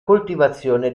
coltivazione